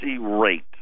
rate